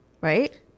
right